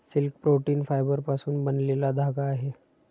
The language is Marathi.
सिल्क प्रोटीन फायबरपासून बनलेला धागा आहे